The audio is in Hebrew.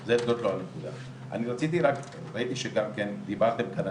אני ראיתי שדיברתם על מסמכים,